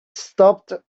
stopped